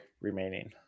remaining